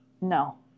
No